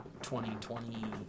2020